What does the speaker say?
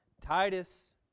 Titus